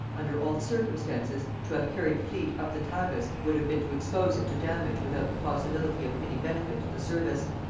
under all the circumstances, to have carried the fleet up the tagus would have been to expose it to damage without the possibility of any benefit to the service.